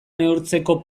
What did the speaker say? neurtzeko